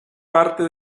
parte